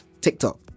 TikTok